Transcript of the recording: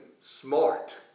smart